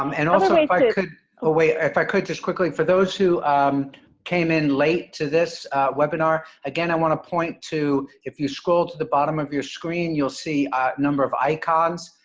um and also, if i could, oh wait, if i could just quickly for those who came in late to this webinar, again, i want to point to, if you scroll to the bottom of your screen, you'll see number of icons,